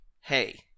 hey